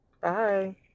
Bye